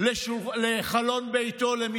לחלון ביתו.